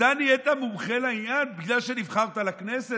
אתה נהיית מומחה לעניין בגלל שנבחרת לכנסת?